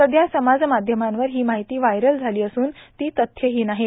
सध्या समाज माध्यमांवर ही माहिती व्हायरल झाली असून ती तथ्यहीन आहे